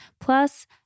Plus